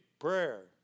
prayer